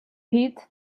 pete